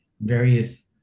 various